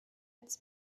its